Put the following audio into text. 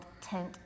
tent